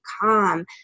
calm